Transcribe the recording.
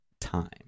time